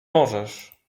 możesz